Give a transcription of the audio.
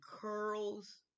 curls